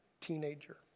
teenager